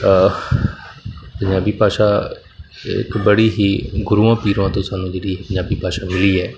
ਪੰਜਾਬੀ ਭਾਸ਼ਾ ਇੱਕ ਬੜੀ ਹੀ ਗੁਰੂਆਂ ਪੀਰਾਂ ਤੋਂ ਸਾਨੂੰ ਜਿਹੜੀ ਇਹ ਪੰਜਾਬੀ ਭਾਸ਼ਾ ਮਿਲੀ ਹੈ